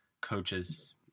coaches